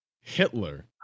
Hitler